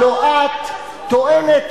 הלוא את טוענת,